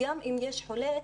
גם אם יש חולה,